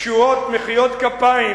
תשואות ומחיאות כפיים,